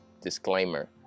disclaimer